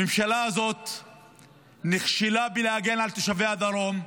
הממשלה הזאת נכשלה בלהגן על תושבי הדרום,